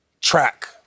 track